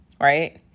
right